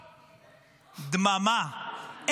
דממה.